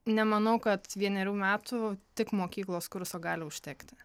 nemanau kad vienerių metų tik mokyklos kurso gali užtekti